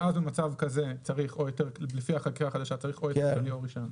היא לא יכולה להפלות אותם כי החוקים מגנים עליהם.